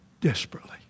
desperately